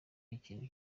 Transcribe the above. ikintu